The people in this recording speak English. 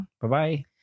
Bye-bye